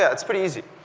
yeah it's pretty easy.